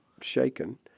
shaken